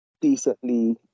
decently